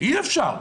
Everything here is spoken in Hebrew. אי אפשר.